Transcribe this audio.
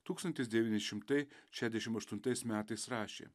tūkstantis devyni šimtai šešiasdešimt aštuntais metais rašė